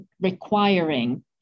requiring